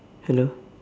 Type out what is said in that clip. hello